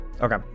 Okay